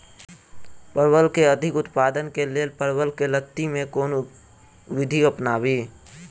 परवल केँ अधिक उत्पादन केँ लेल परवल केँ लती मे केँ कुन विधि अपनाबी?